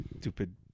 Stupid